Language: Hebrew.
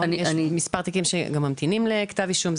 יש מספר תיקים שגם ממתינים לכתב אישום.